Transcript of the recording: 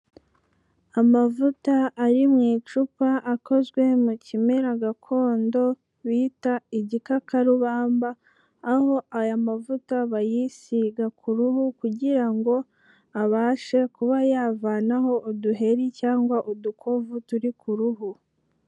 Amavuta ari mu icupa akozwe mu kimera gakondo bita igikakarubamba, aho aya mavuta bayisiga ku ruhu kugira ngo abashe kuba yavanaho uduheri cyangwa udukovu turi k'uruhu.